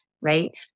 right